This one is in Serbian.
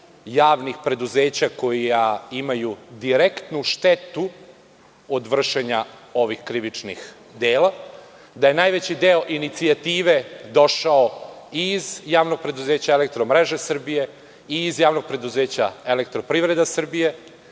javnih preduzeća koja imaju direktnu štetu od vršenja ovih krivičnih dela, da je najveći deo inicijative došao iz javnog preduzeća „Elektromreže“ Srbije, i iz javnog preduzeća „Elektroprivreda“ Srbije